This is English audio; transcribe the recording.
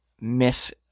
miss